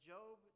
Job